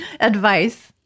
advice